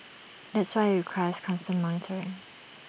that's why IT requires constant monitoring